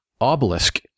obelisk